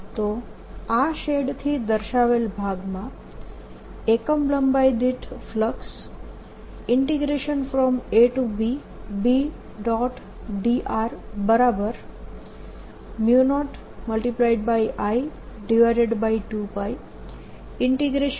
તો આ શેડ થી દર્શાવેલ ભાગમાં એકમ લંબાઈ દીઠ ફ્લક્સ abB